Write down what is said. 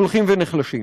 הולכים ונחלשים.